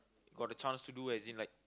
got the chance to do as in like